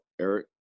Eric